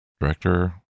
director